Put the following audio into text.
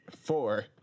Four